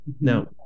Now